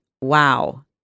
Wow